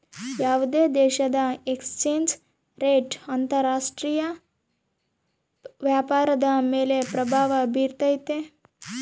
ಯಾವುದೇ ದೇಶದ exchange rate ಅಂತರ ರಾಷ್ಟ್ರೀಯ ವ್ಯಾಪಾರದ ಮೇಲೆ ಪ್ರಭಾವ ಬಿರ್ತೈತೆ